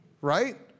right